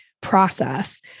process